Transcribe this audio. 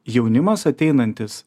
jaunimas ateinantis